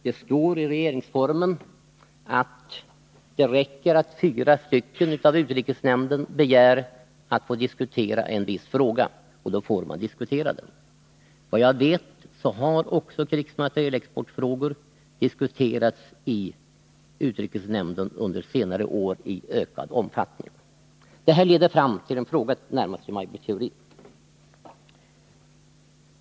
Det står i regeringsformen att det räcker att fyra av utrikesnämndens ledamöter begär att få diskutera en viss fråga för att den skall få diskuteras. Såvitt jag vet har också krigsmaterielexportfrågor under senare år diskuterats i utrikesnämnden i ökad omfattning. Det här leder fram till en fråga, närmast till Maj Britt Theorin.